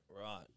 right